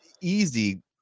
easy